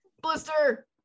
Blister